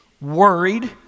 worried